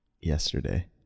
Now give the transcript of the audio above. yesterday